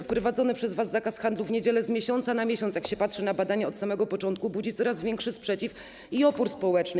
Wprowadzony przez was zakaz handlu w niedziele z miesiąca na miesiąc, jak się patrzy na badania, od samego początku budzi coraz większy sprzeciw i opór społeczny.